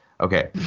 Okay